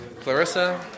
Clarissa